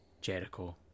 Jericho